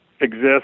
exist